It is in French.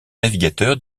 navigateur